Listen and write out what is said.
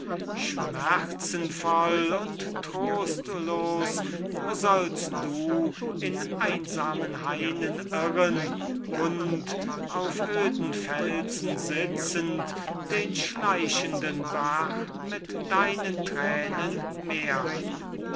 schmerzenvoll und trostlos sollst du in einsamen hainen irren und auf öden felsen sitzend den schleichenden bach mit deinen tränen mehren